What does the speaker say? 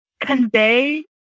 convey